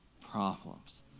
problems